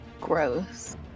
Gross